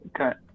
Okay